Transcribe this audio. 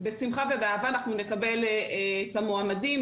בשמחה ובאהבה אנחנו נקבל את המועמדים,